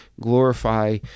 glorify